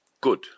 good